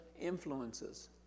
influences